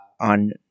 on